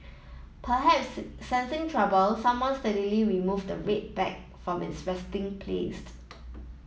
perhaps sensing trouble someone stealthily remove the red bag from its resting place